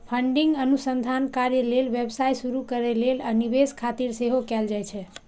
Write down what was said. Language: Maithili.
फंडिंग अनुसंधान कार्य लेल, व्यवसाय शुरू करै लेल, आ निवेश खातिर सेहो कैल जाइ छै